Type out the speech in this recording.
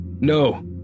No